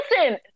listen